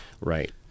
right